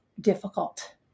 difficult